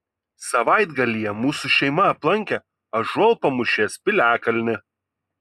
savaitgalyje mūsų šeima aplankė ąžuolpamūšės piliakalnį